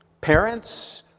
parents